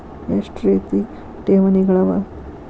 ಎಷ್ಟ ರೇತಿ ಠೇವಣಿಗಳ ಅವ?